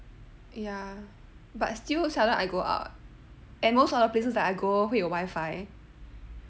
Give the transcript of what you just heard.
ya but still seldom I go out and most of the places that I go 会有 wifi